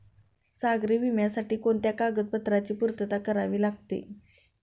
सागरी विम्यासाठी कोणत्या कागदपत्रांची पूर्तता करावी लागते?